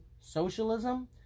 socialism